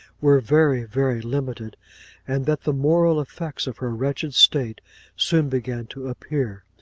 were very, very limited and that the moral effects of her wretched state soon began to appear.